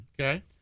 Okay